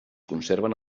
conserven